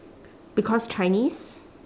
because chinese